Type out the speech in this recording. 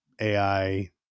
AI